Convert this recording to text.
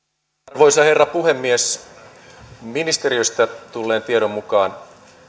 arvoisa herra puhemies ministeriöstä tulleen tiedon mukaan